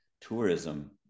tourism